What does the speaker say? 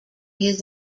his